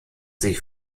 sich